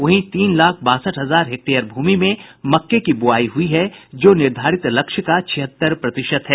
वहीं तीन लाख बासठ हजार हेक्टेयर भूमि में मक्के की बुआई हुई है जो निर्धारित लक्ष्य का छिहत्तर प्रतिशत है